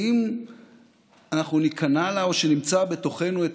האם אנחנו ניכנע לה או שנמצא בתוכנו את